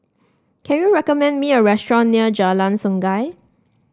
can you recommend me a restaurant near Jalan Sungei